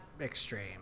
extreme